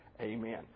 Amen